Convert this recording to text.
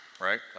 right